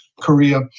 Korea